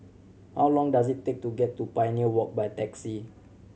how long does it take to get to Pioneer Walk by taxi